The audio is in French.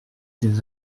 des